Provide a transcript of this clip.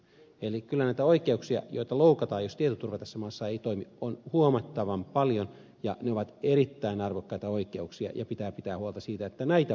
eli kyllä näitä oikeuksia joita loukataan jos tietoturva tässä maassa ei toimi on huomattavan paljon ja ne ovat erittäin arvokkaita oikeuksia ja pitää pitää huolta siitä että näitä oikeuksia ei loukata